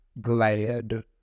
glad